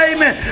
Amen